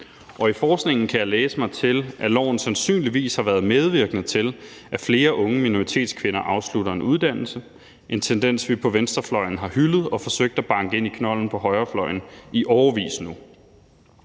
Og i forskningen kan jeg læse mig til, at loven sandsynligvis har været medvirkende til, at flere unge minoritetskvinder afslutter en uddannelse – en tendens, vi på venstrefløjen har hyldet og forsøgt at banke ind i knolden på højrefløjen i årevis nu.